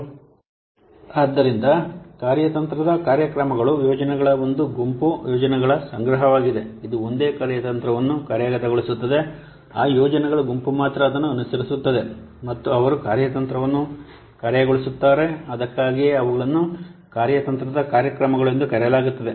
ಇದರಲ್ಲಿ ಆದ್ದರಿಂದ ಕಾರ್ಯತಂತ್ರದ ಕಾರ್ಯಕ್ರಮಗಳು ಯೋಜನೆಗಳ ಒಂದು ಗುಂಪು ಯೋಜನೆಗಳ ಸಂಗ್ರಹವಾಗಿದೆಇದು ಒಂದೇ ಕಾರ್ಯತಂತ್ರವನ್ನು ಕಾರ್ಯಗತಗೊಳಿಸುತ್ತದೆ ಆ ಯೋಜನೆಗಳ ಗುಂಪು ಮಾತ್ರ ಅದನ್ನು ಅನುಸರಿಸುತ್ತದೆ ಮತ್ತು ಅವರು ಕಾರ್ಯತಂತ್ರವನ್ನು ಕಾರ್ಯಗತಗೊಳಿಸುತ್ತಾರೆ ಅದಕ್ಕಾಗಿಯೇ ಅವುಗಳನ್ನು ಕಾರ್ಯತಂತ್ರದ ಕಾರ್ಯಕ್ರಮಗಳು ಎಂದು ಕರೆಯಲಾಗುತ್ತದೆ